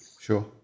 Sure